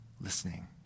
listening